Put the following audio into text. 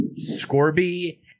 Scorby